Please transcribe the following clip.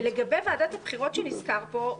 ולגבי ועדת הבחירות, דבר שנזכר פה,